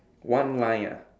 one line ah